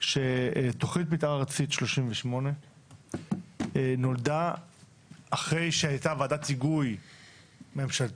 שתכנית מתאר ארצית 38 נולדה אחרי שהייתה ועדת היגוי ממשלתית,